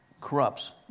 corrupts